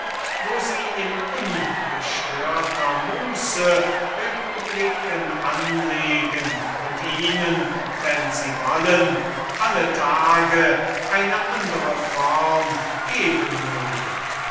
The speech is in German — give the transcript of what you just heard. wo sie in ungestörter muße republiken anlegen und ihnen wenn sie wollen alle tage eine andre form geben mögen